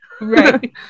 right